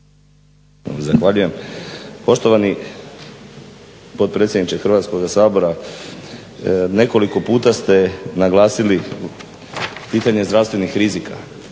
Zahvaljujem. Poštovani potpredsjedniče Hrvatskoga sabora, nekoliko puta ste naglasili pitanje zdravstvenih rizika